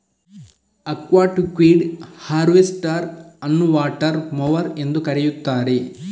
aquatic weed harvester ಅನ್ನುವಾಟರ್ mower ಎಂದೂ ಕರೆಯುತ್ತಾರೆ